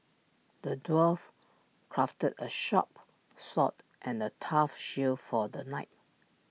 the dwarf crafted A sharp sword and A tough shield for the knight